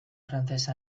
francesa